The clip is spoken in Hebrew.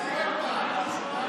היא כבר הציגה.